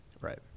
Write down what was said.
Right